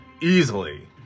Easily